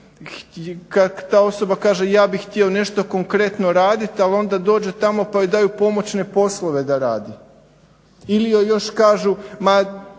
Kada ta osoba kaže ja bih htio nešto konkretno raditi ali onda dođe tamo pa joj daju pomoćne poslove da radi ili joj još kažu